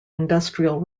industrial